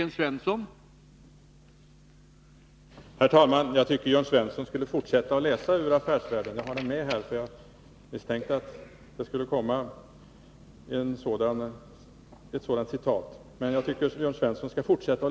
Herr talman! Jag tycker att Jörn Svensson skulle fortsätta att läsa ur Affärsvärlden. Jag har tidskriften med mig, för jag misstänkte att Jörn Svensson skulle åberopa ett citat av det här slaget.